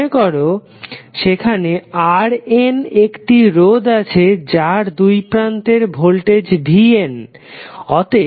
মনেকর সেখানে Rn একটি রোধ আছে যার দুই প্রান্তের ভোল্টেজ vn